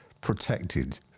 protected